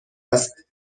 است